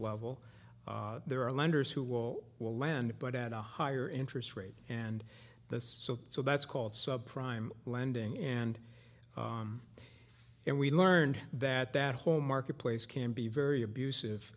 level there are lenders who will will lend but at a higher interest rate and the so so that's called sub prime lending and then we learned that that whole marketplace can be very abusive